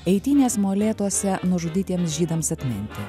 eitynės molėtuose nužudytiems žydams atminti